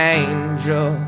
angel